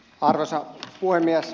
arvoisa puhemies